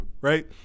Right